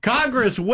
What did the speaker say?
Congress